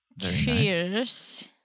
Cheers